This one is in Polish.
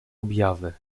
objawy